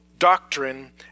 doctrine